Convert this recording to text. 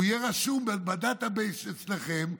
הוא יהיה רשום בדאטה בייס אצלכם.